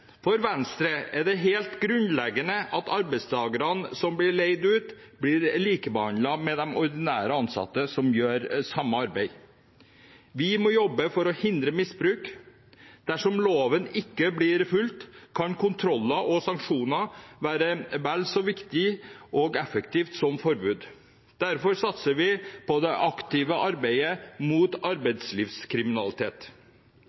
For Venstre er det helt grunnleggende at arbeidstakere som blir leid ut, blir likebehandlet med de ordinære ansatte som gjør samme arbeid. Vi må jobbe for å hindre misbruk. Dersom loven ikke blir fulgt, kan kontroller og sanksjoner være vel så viktig og effektivt som forbud. Derfor satser vi på det aktive arbeidet mot